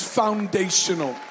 foundational